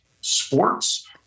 sports